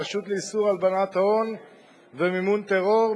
הרשות לאיסור הלבנת ההון ומימון טרור,